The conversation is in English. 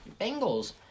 Bengals